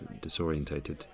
disorientated